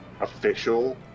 official